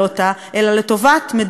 לטובת מדינת ישראל,